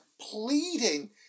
pleading